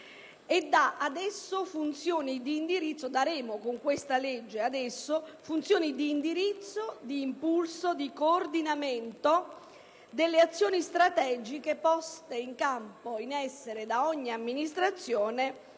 conferisce funzioni di indirizzo, di impulso e di coordinamento delle azioni strategiche poste in essere da ogni amministrazione